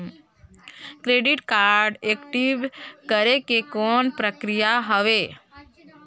Credit card active करे के कौन प्रक्रिया हवे?